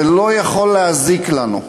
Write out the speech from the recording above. זה לא יכול להזיק לנו.